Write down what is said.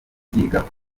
kubyigaho